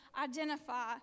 identify